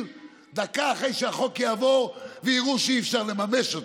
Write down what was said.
דקה אחרי שהחוק יעבור ויראו שאי-אפשר לממש אותו.